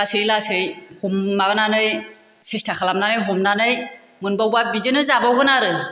लासै लासै हम माबानानै सेस्था खालामनानै हमनानै मोनबावबा बिदिनो जाबावगोन आरो